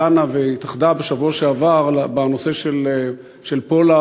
דנה והתאחדה בשבוע שעבר בנושא של פולארד.